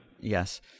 Yes